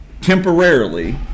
temporarily